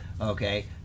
okay